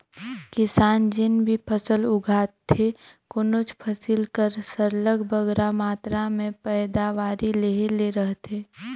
किसान जेन भी फसल उगाथे कोनोच फसिल कर सरलग बगरा मातरा में पएदावारी लेहे ले रहथे